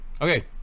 okay